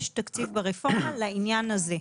יש תקציב ברפורמה לעניין הזה.